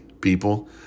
people